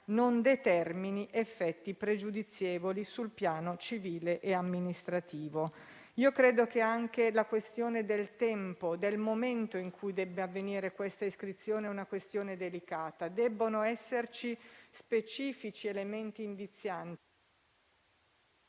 non determini effetti pregiudizievoli sul piano civile e amministrativo». Credo che anche la questione del tempo, del momento in cui debba avvenire questa iscrizione, sia delicata: debbono esserci specifici elementi indizianti...